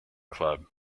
club